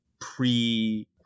pre